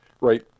right